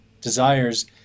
desires